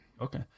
Okay